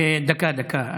דקה, דקה.